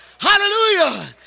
Hallelujah